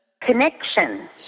connection